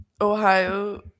Ohio